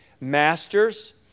Masters